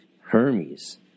Hermes